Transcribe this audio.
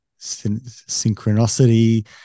synchronicity